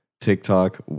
TikTok